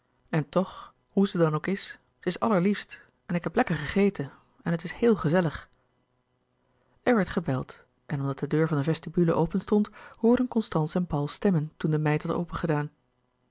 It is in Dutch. de boeken der kleine zielen dan ook is ze is allerliefst en ik heb lekker gegeten en het is heel gezellig er werd gebeld en omdat de deur van de vestibule openstond hoorden constance en paul stemmen toen de meid had